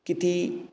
किती